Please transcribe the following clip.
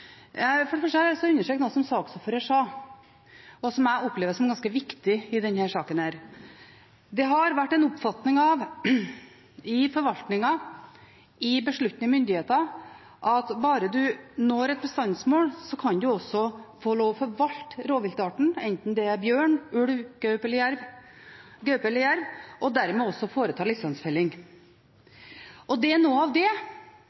jeg lyst til å understreke noe som saksordføreren sa, og som jeg opplever som ganske viktig i denne saken: Det har vært en oppfatning i forvaltningen, hos besluttende myndigheter, at bare en når et bestandsmål, kan en også få lov til å forvalte rovviltarten, enten det er bjørn, ulv, gaupe eller jerv, og dermed også foreta lisensfelling. Det er noe av det